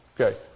Okay